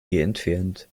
entfernt